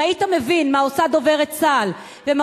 אם היית מבין מה עושה דוברת צה"ל ומה